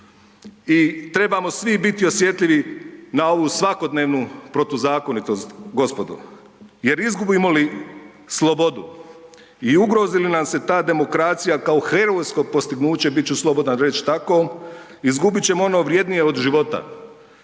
I trebamo svi biti osjetljivi na ovu svakodnevnu protuzakonitost gospodo, jer izgubimo li slobodi u ugrozi li nam se ta demokracija kao herojsko postignuće bit ću slobodan reći tako, izgubit ćemo ono vrjednije od života,